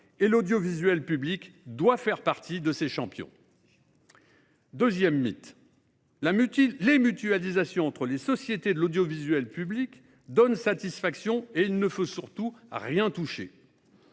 L'audiovisuel public doit faire partie de ces champions. Deuxième mythe, les mutualisations entre les sociétés de l'audiovisuel public donneraient satisfaction et il ne faudrait surtout rien changer.